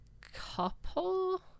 couple